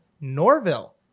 Norville